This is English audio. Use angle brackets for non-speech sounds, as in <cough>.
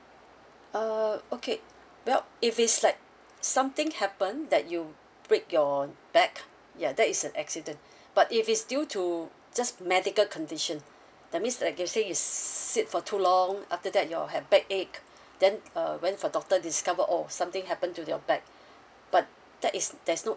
uh okay well if it's like something happen that you break your back ya that is an accident <breath> but if it's due to just medical condition that means like you say is s~ sit for too long after that you'll have backache <breath> then uh went for doctor discover orh something happen to your back <breath> but that is there's no